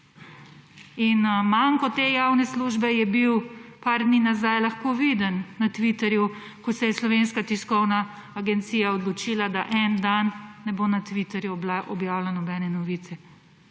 In manko te javne službe je bil par dni nazaj lahko viden na Twitterju, ko se je Slovenska tiskovna agencija odločila, da en dan ne bo na Twitterju objavila nobene novice.